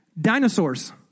Dinosaurs